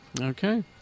Okay